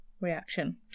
Reaction